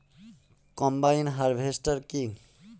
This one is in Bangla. কম্বাইন হারভেস্টার কি?